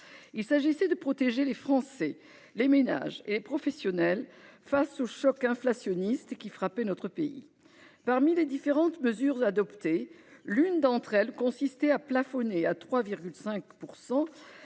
Il s'agissait de protéger les Français, ménages et professionnels, face au choc inflationniste qui frappait notre pays. Parmi les différentes mesures adoptées, l'une d'entre elles consistait à plafonner à 3,5